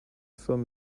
film